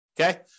Okay